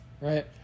Right